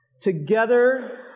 together